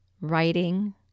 writing